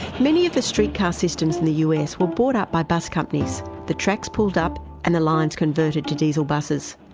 many of the streetcar systems in the us were bought up by bus companies, the tracks pulled up and the lines converted to diesel buses.